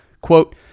Quote